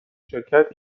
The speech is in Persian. شرکت